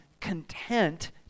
content